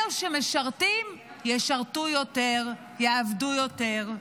אלה שמשרתים ישרתו יותר, יעבדו יותר,